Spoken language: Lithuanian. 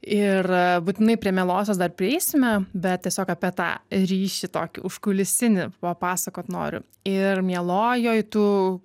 ir būtinai prie mielosios dar prieisime bet tiesiog apie tą ryšį tokį užkulisinį papasakot noriu ir mielojoj tu